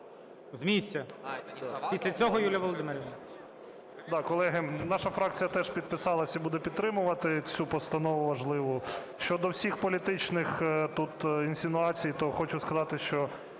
З місця. Після цього Юлія Володимирівна.